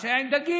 מה שהיה עם דגים,